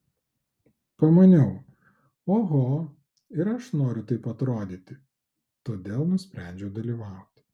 pamaniau oho ir aš noriu taip atrodyti todėl nusprendžiau dalyvauti